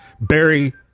Barry